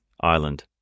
island